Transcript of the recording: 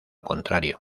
contrario